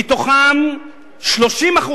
30%